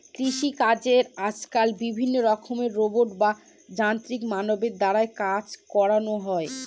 কৃষিকাজে আজকাল বিভিন্ন রকমের রোবট বা যান্ত্রিক মানবের দ্বারা কাজ করানো হয়